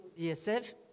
DSF